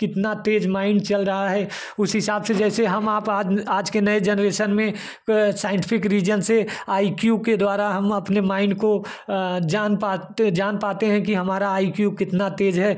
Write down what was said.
कितना तेज़ माइंड चल रहा है उसी हिसाब से जैसे हम आप आद्म आज के नए जनरेशन में साइंटिफिक रिजन से आई क्यू के द्वारा हम अपने माइंड को जान पाते जान पाते हैं कि हमारा आई क्यू कितना तेज़ है